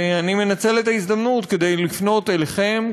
ואני מנצל את ההזדמנות לפנות אליכם,